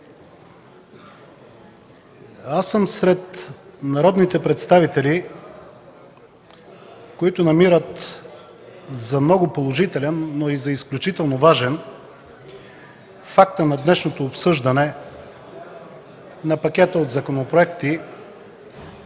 Аз съм сред народните представители, които намират за много положителен, но и за изключително важен фактът на днешното обсъждане на пакета от законопроекти,